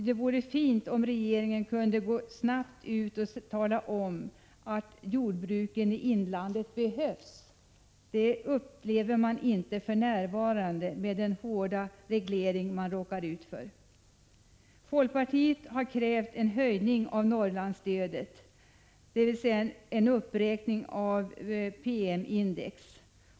Det vore fint om regeringen snabbt kunde gå ut och tala om att jordbruken i inlandet behövs. Människorna där upplever det inte så för närvarande, med den hårda reglering som de råkar ut för. Folkpartiet har krävt en höjning av Norrlandsstödet, dvs. en uppräkning av PM-index.